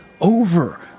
over